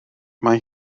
mae